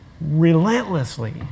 relentlessly